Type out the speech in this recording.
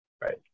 right